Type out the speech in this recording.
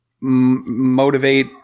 motivate